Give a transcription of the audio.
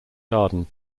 garden